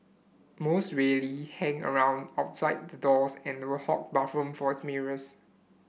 most really hang around outside the doors and will hog the bathrooms for mirrors